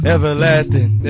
Everlasting